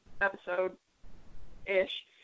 episode-ish